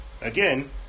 Again